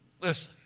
Listen